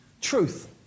truth